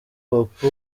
hop